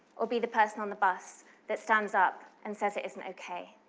or be the person on the bus that stands up and says it isn't okay.